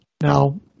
Now